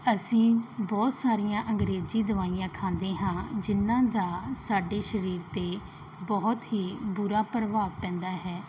ਅਸੀਂ ਬਹੁਤ ਸਾਰੀਆਂ ਅੰਗਰੇਜ਼ੀ ਦਵਾਈਆਂ ਖਾਂਦੇ ਹਾਂ ਜਿਹਨਾਂ ਦਾ ਸਾਡੇ ਸਰੀਰ 'ਤੇ ਬਹੁਤ ਹੀ ਬੁਰਾ ਪ੍ਰਭਾਵ ਪੈਂਦਾ ਹੈ